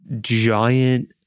giant